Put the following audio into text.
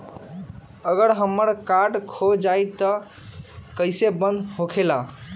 अगर हमर कार्ड खो जाई त इ कईसे बंद होकेला?